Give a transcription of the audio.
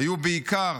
היו בעיקר